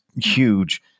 huge